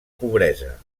pobresa